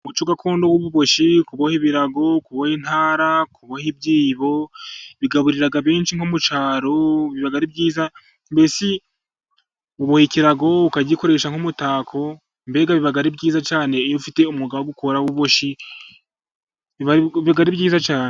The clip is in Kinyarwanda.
Umuco gakondo w'ububoshyi, kuboha ibirago, kuboha intara, kuboha ibyibo, bigaburira benshi nko mu cyaro biba ari byiza, mbese uboha ikirago ukagikoresha nk'umutako, mbese biba ari byiza cyane iyo ufite umwuga wo gukora w'ububoshyi, biba ari byiza cyane.